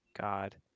God